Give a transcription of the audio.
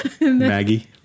Maggie